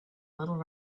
little